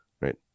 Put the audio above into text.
right